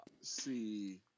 see